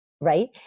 right